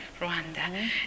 Rwanda